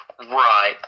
Right